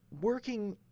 Working